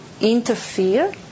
interfere